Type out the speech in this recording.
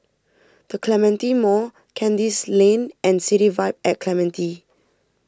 the Clementi Mall Kandis Lane and City Vibe at Clementi